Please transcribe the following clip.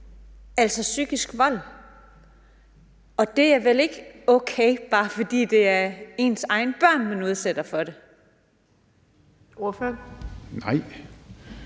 altså psykisk vold. Og det er vel ikke okay, bare fordi det er ens egne børn, man udsætter for det. Kl. 13:16 Den